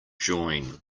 join